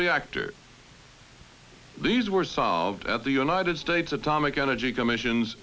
reactor these were solved at the united states atomic energy commission